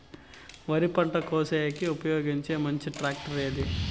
వరి పంట కోసేకి ఉపయోగించే మంచి టాక్టర్ ఏది?